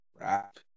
rap